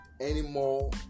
anymore